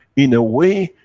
in a way,